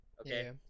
Okay